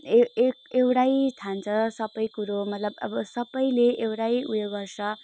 एक एक एउटै ठान्छ सबै कुरो मतलब अब सबैले एउटै उयो गर्छ